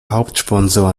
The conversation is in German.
hauptsponsor